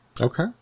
okay